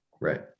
Right